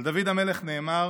על דוד המלך נאמר